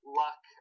luck